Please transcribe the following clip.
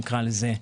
נקרא לזה,